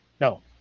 no